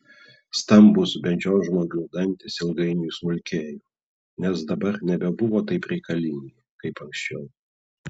stambūs beždžionžmogių dantys ilgainiui smulkėjo nes dabar nebebuvo taip reikalingi kaip anksčiau